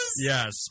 Yes